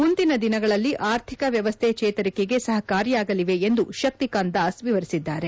ಮುಂದಿನ ದಿನಗಳಲ್ಲಿ ಆರ್ಥಿಕ ವ್ಲವಸ್ಥೆ ಚೇತರಿಕೆಗೆ ಸಹಕಾರಿಯಾಗಲಿವೆ ಎಂದು ಶಕ್ತಿಕಾಂತ್ ದಾಸ್ ವಿವರಿಸಿದರು